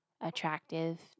attractive